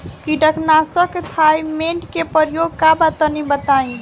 कीटनाशक थाइमेट के प्रयोग का बा तनि बताई?